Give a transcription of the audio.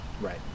right